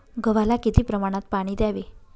गव्हाला किती प्रमाणात पाणी द्यावे?